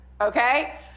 okay